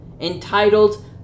entitled